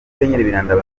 birindabagabo